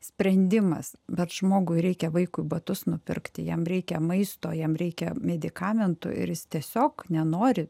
sprendimas bet žmogui reikia vaikui batus nupirkti jam reikia maisto jam reikia medikamentų ir jis tiesiog nenori